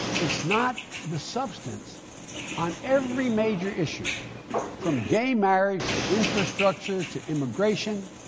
it's not the substance on every major issue from gay marriage to infrastructure to immigration,